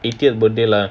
eightieth birthday lah